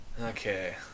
okay